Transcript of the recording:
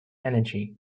energy